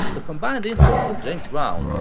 the combined influence of james brown,